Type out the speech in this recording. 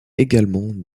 également